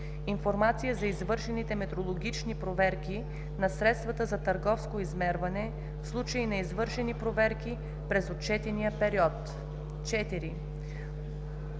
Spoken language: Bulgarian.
информация за извършените метрологични проверки на средствата за търговско измерване, в случаи на извършени проверки през отчетния период; 4.